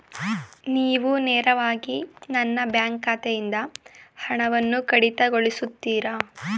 ನೀವು ನೇರವಾಗಿ ನನ್ನ ಬ್ಯಾಂಕ್ ಖಾತೆಯಿಂದ ಹಣವನ್ನು ಕಡಿತಗೊಳಿಸುತ್ತೀರಾ?